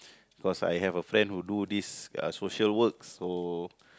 cause I have a friend who do this uh social work so